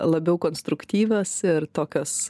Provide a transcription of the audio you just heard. labiau konstruktyvios ir tokios